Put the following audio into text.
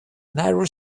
narrow